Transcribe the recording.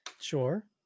sure